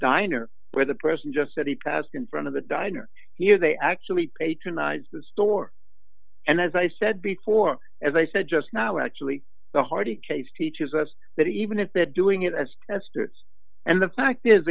diner where the person just said he passed in front of the diner here they actually patronize the store and as i said before as i said just now actually the hardy case teaches us that even if they're doing it as students and the fact is